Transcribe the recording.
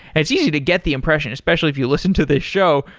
it's easy to get the impression, especially if you listen to this show,